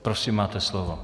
Prosím máte slovo.